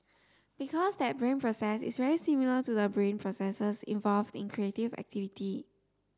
because that brain process is very similar to the brain processes involved in creative activity